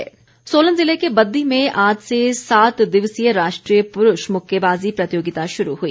boxing Solan जिले के बद्दी में आज से सात दिवसीय राष्ट्रीय पुरूष मुक्केबाजी प्रतियोगिता शुरू हुई